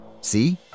See